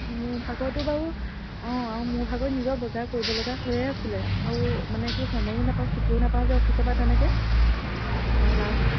মোৰ ভাগতো বাৰু অঁ অঁ মোৰ ভাগৰ নিজৰ বজাৰ কৰিব লগা হৈয়ে আছিলে আৰু মানে কি সময়ো নোপাওঁ ছুটিও নাপাওঁ যে অফিচৰ পৰা তেনেকৈ অঁ